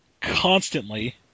constantly